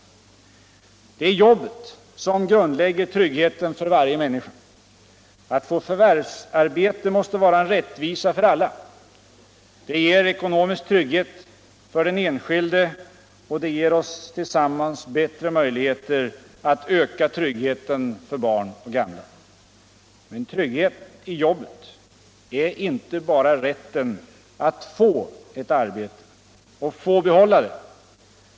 Det är jobbet som grundlägger tryggheten för varje människa. Att få förvärvsarbete måste vara en rättvisa för alla. Det ger ekonomisk trygghet för den enskilde och det ger oss tillsammans bättre möjligheter att'öka tryggheten för barn och gamla. Men trygghet i jobbet är inte bara rätten att /d ett arbete och få behålla det.